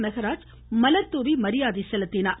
மெகராஜ் மலர்தூவி மரியாதை செலுத்தினார்